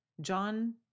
John